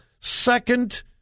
second